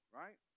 right